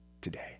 today